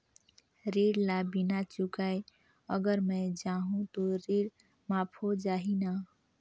ऋण ला बिना चुकाय अगर मै जाहूं तो ऋण माफ हो जाही न?